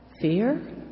fear